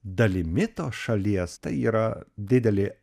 dalimi tos šalies tai yra didelė